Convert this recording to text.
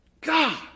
God